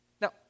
Now